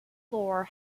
floor